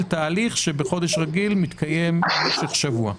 תהליך שבחודש רגיל מתקיים במשך שבוע?